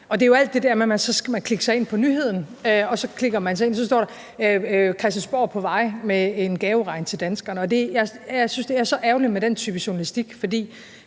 dig. Det er jo alt det der med, at man skal klikke sig ind på nyheden. Så klikker man sig ind, og så står der: Christiansborg på vej med en gaveregn til danskerne. Jeg synes, det er så ærgerligt med den type journalistik, for